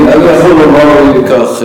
אני יכול לומר על זה כך: